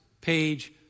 page